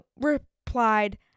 replied